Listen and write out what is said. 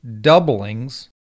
doublings